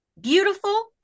beautiful